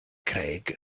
craig